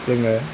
जोङो